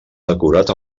decorat